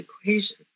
equation